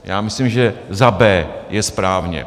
Já myslím, že za b) je správně.